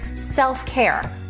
self-care